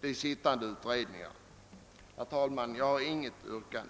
dem. Herr talman! Jag har inte något yrkande.